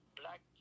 black